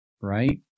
right